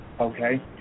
okay